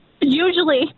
Usually